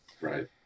Right